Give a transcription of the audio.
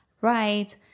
right